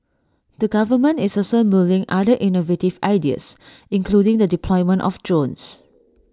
the government is also mulling other innovative ideas including the deployment of drones